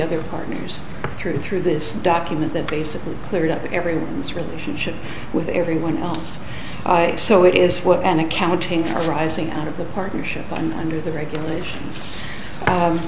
other partners through through this document that basically cleared up everyone's relationship with everyone i so it is what an accounting for arising out of the partnership and under the regulations